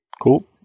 cool